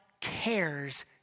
cares